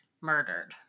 murdered